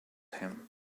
him